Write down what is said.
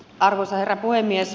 arvoisa herra puhemies